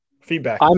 Feedback